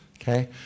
Okay